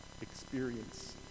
experience